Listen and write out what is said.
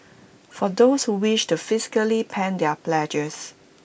for those who wish to physically pen their pledges